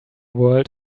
world